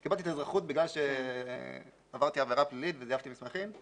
קיבלתי את האזרחות בגלל שעברתי עבירה פלילית וזייפתי מסמכים.